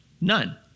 None